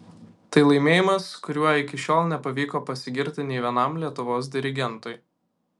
tai laimėjimas kuriuo iki šiol nepavyko pasigirti nei vienam lietuvos dirigentui